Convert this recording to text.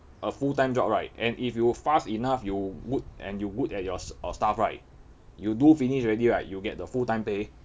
a full time job right and if you fast enough you would and you would at your staff right you do finish already right you get the full time pay